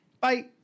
Bye